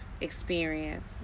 experience